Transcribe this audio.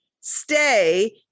stay